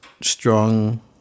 strong